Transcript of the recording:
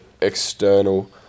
external